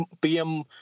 PM